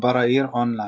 עכבר העיר אונליין,